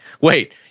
wait